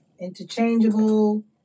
interchangeable